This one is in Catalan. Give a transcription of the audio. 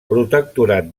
protectorat